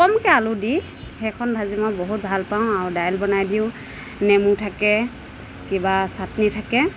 কমকৈ আলু দি সেইখন ভাজি মই বহুত ভালপাওঁ আৰু ডাইল বনাই দিওঁ নেমু থাকে কিবা চাটনি থাকে